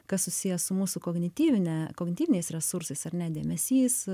kas susiję su mūsų kognityvine kognityviniais resursais ar ne dėmesys